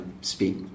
speak